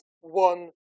one